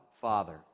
Father